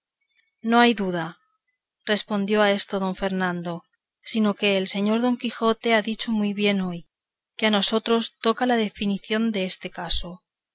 no hay duda respondió a esto don fernando sino que el señor don quijote ha dicho muy bien hoy que a nosotros toca la difinición deste caso